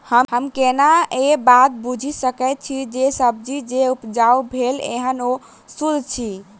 हम केना ए बात बुझी सकैत छी जे सब्जी जे उपजाउ भेल एहन ओ सुद्ध अछि?